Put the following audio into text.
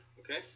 okay